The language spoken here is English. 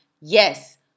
yes